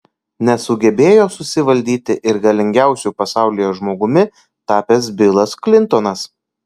nesugebėjo susivaldyti ir galingiausiu pasaulyje žmogumi tapęs bilas klintonas